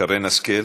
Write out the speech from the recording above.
שרן השכל?